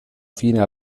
fino